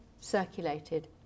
circulated